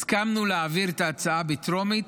הסכמנו להעביר את ההצעה בטרומית